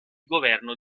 governo